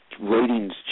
ratings